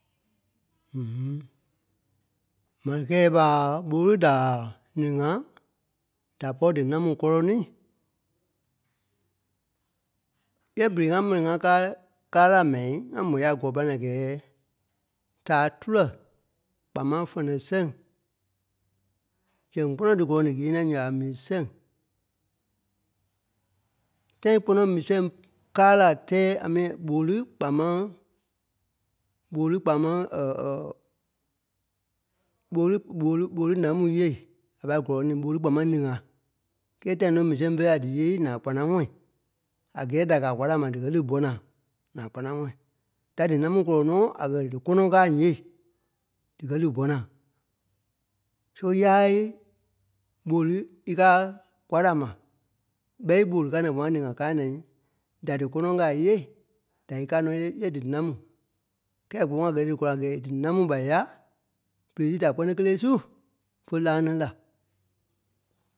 M̀are kɛ̂ɛi ɓa, ɓoli da niŋa da pɔ̂ri di nâmu kɔ́lɔnii? Yɛ̂ berei ŋá mɛni ŋá káai káa la mai, ŋá mo ya gɔɔ pilanii a gɛɛ taa tulɛ kpaa fɛnɛ-sɛŋ zɛŋ kpɔnɔ di gɔlɔŋ diɣeniɛi su nyaa ɓa mii-sɛŋ. Tãi kpɔnɔ mii-sɛŋ kaa la tɛ́ɛ, amii ɓoli kpamaŋ ɓoli kpamaŋ ɓoli ɓoli ɓoli namu yêei, ya pai gɔlɔnii ɓoli kpaa máŋ niŋa. Kɛ tãi nɔ mii-sɛŋ fé la díyeei, naa kpanaŋɔɔi a gɛɛ da gaa kwa da ma di kɛ li bɔ naa. Naa kpanaŋɔ̃ɔi. Da dinamu kɔlɔŋ nɔ a kɛ di kɔnɔŋ kaa n̍yeei di kɛ lì bɔ naa. so yái ɓoli ikaa kwa da ma ɓɛi ɓoli kaa naa kpaa maŋ niŋa kaa naai da di kɔnɔŋ kaa iyeei, da íkaa nɔ yɛ- yɛ dinamû. Kɛ gɔlɔŋ a gɛɛ digɔlɔŋ a gɛɛ di namu ɓa ya pere sii da kpɛni kelee su, fe laa ni la.